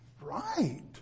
right